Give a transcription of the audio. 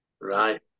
Right